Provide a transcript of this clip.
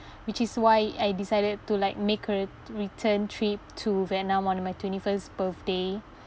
which is why I decided to like make a re~ return trip to vietnam on my twenty first birthday